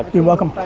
you're welcome,